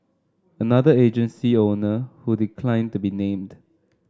another agency owner who declined to be named